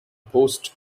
post